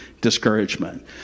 discouragement